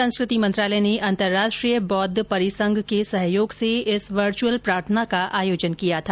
संस्कृति मंत्रालय ने अंतर्राष्ट्रीय बौद्ध परिसंघ के सहयोग से इस वर्चुअल प्रार्थना का आयोजन किया था